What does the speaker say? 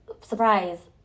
Surprise